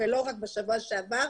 לא רק בשבוע שעבר,